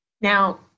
Now